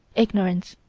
ignorance,